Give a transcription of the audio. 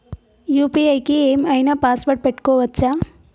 UPI కి ఏం ఐనా పాస్వర్డ్ పెట్టుకోవచ్చా?